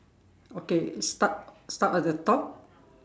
okay start start at the top